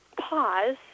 pause